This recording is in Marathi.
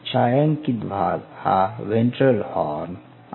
छायांकित भाग हा व्हेंट्रल हॉर्न आहे